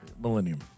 Millennium